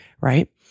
right